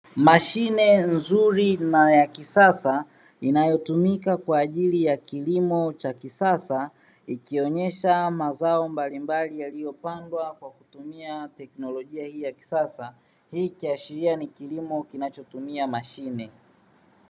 Mashine nzuri na ya kisasa inayotumika kwa ajili ya kilimo cha kisasa ikionyesha mazao mbalimbali yaliyopandwa kwa kutumia teknolojia ya kisasa, hii ikiashiria ni kilimo kinachotumia mashine.